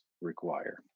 require